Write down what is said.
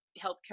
healthcare